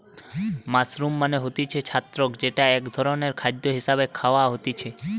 mushroom মানে হতিছে ছত্রাক যেটা এক ধরণের খাদ্য হিসেবে খায়া হতিছে